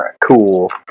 cool